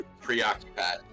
preoccupied